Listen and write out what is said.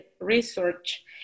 research